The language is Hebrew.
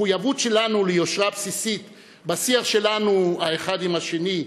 מחויבות שלנו ליושרה בסיסית בשיח שלנו האחד עם השני,